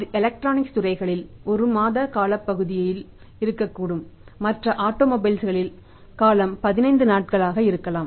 இது எலக்ட்ரானிக்ஸ் துறைகளில் ஒரு மாத காலப்பகுதியில் இருக்கக்கூடும் மற்ற ஆட்டோமொபைல்களில் காலம் 15 நாட்கள் இருக்கலாம்